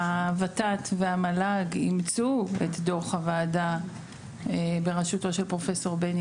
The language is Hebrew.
הוות"ת והמל"ג אימצו את דו"ח הוועדה בראשותו פרופסור בני